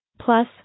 Plus